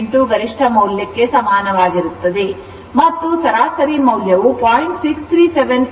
707 ಗರಿಷ್ಠ ಮೌಲ್ಯ ಕ್ಕೆ ಸಮಾನವಾಗಿರುತ್ತದೆ ಮತ್ತು ಸರಾಸರಿ ಮೌಲ್ಯವು 0